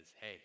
hey